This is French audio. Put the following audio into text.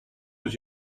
aux